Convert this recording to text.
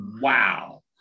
wow